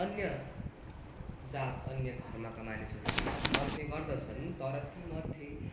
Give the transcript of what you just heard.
अन्य जात अन्य धर्मका मानिसहरू पनि यहाँ बस्ने गर्दछन् तर तीमध्ये